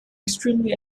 extremely